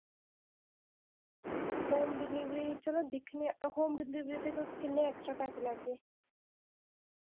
home delivery चलो दिक्खनेआं home delivery दे तुस किन्ने एक्स्ट्रा पैसे लैगे